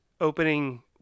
opening